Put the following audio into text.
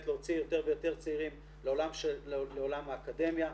להוציא יותר ויותר צעירים לעולם האקדמיה.